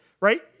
Right